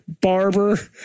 Barber